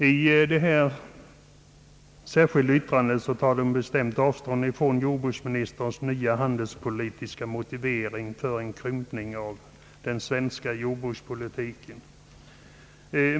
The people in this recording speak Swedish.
I det särskilda yttrandet tar de bestämt avstånd från jordbruksministerns nya handelspolitiska motivering för en krympning av den svenska jordbruksproduktionen.